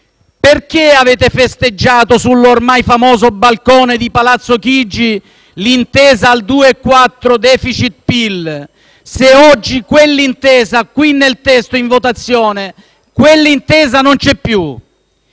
perché avete festeggiato sull'ormai famoso balcone di Palazzo Chigi l'intesa al 2,4 *deficit*-PIL, se oggi quell'intesa - qui nel testo in votazione - non c'è più?